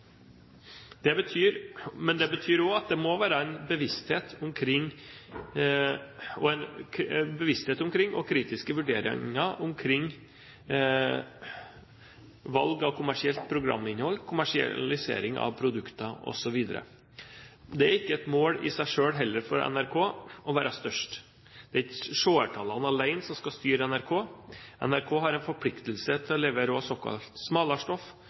Men det betyr også at det må være en bevissthet og kritiske vurderinger omkring valg av kommersielt programinnhold, kommersialisering av produkter osv. Det er heller ikke et mål i seg selv for NRK å være størst. Det er ikke seertallene alene som skal styre NRK. NRK har også en forpliktelse til å levere såkalt smalere stoff og innhold som ikke leveres av